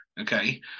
okay